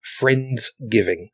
Friendsgiving